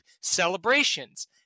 celebrations